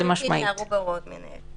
יותר מתאים להוראות המנהל.